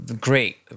great